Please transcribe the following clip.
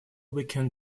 weekend